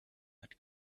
had